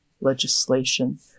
legislation